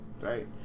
right